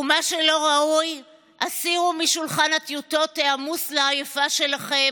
ומה שלא ראוי הסירו משולחן הטיוטות העמוס לעייפה שלכם.